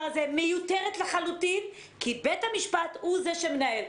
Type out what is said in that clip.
הזה מיותרת לחלוטין כי בית המשפט הוא שמנהל.